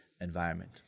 environment